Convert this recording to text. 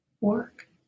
work